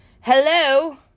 Hello